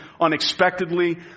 unexpectedly